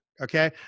okay